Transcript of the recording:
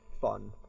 fun